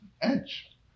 edge